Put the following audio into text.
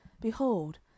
Behold